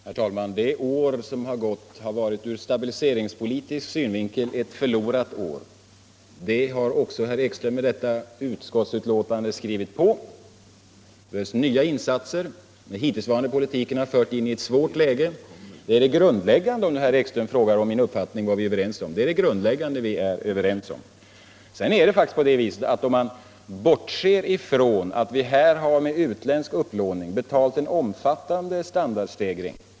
Herr talman! Det år som har gått har varit ett ur stabiliseringssynvinkel förlorat år. Detta har herr Ekström i och med utskottsbetänkandet också skrivit under på. Det behövs därför nya insatser, eftersom den hittillsvarande politiken har fört oss in i ett svårt läge. Detta är det grundläggande som vi är överens om, ifall herr Ekström frågar efter min uppfattning om vad vi var överens om. Sedan är det faktiskt på det viset att detta dessutom är ett ur produktionssynpunkt förlorat år, om man bortser från att vi med utländsk upplåning har betalat en omfattande standardstegring.